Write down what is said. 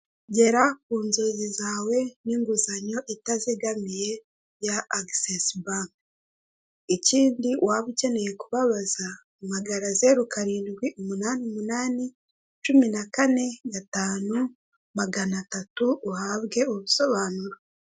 Ibyuma bikoreshwa mu mashanyarazi bigaragaza aho biteretse, bizwi nka "hotetansiyo" ni ibimenyetso bigaragariza buri muntu wese ko aho hantu hari danje agomba kutahegera.